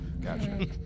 Gotcha